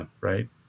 right